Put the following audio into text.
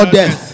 death